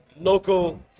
local